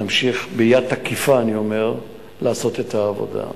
נמשיך ביד תקיפה, אני אומר, לעשות את העבודה.